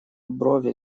брови